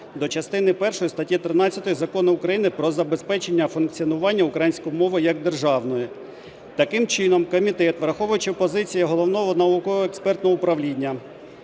до частини першої статті 13 Закону України "Про забезпечення функціонування української мови як державної". Таким чином комітет, враховуючи позиції Головного науково-експертного управління,